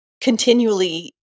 continually